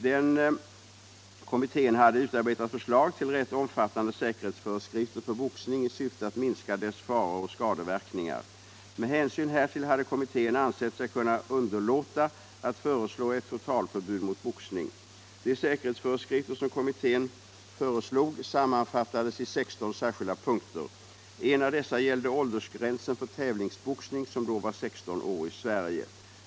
Den kommittén hade utarbetat förslag till rätt omfattande säkerhetsföreskrifter för boxning i syfte att minska dess faror och skadeverkningar. Med hänsyn härtill hade kommittén ansett sig kunna underlåta att föreslå ett totalförbud mot boxning. De säkerhetsföreskrifter som kommittén föreslog sammanfattades i 16 särskilda punkter. En av dessa gällde åldersgränsen för tävlingsboxning som då var 16 år i Sverige.